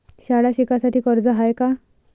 शाळा शिकासाठी कर्ज हाय का?